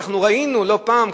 ראינו לא פעם,